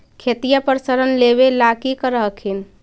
खेतिया पर ऋण लेबे ला की कर हखिन?